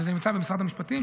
וזה נמצא במשרד המשפטים,